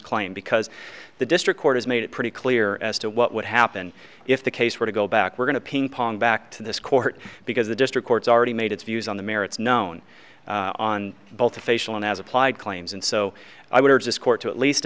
claim because the district court has made it pretty clear as to what would happen if the case were to go back we're going to ping pong back to this court because the district court already made its views on the merits known on both official and as applied claims and so i would urge this court to at least